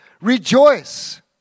rejoice